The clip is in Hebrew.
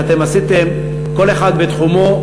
שאתם עשיתם כל אחד בתחומו,